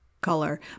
color